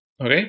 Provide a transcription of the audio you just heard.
Okay